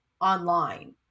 online